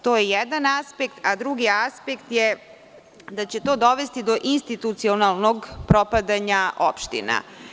To je jedan aspekt, a drugi aspekt je da će to dovesti do institucionalnog propadanja opština.